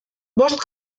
bost